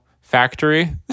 factory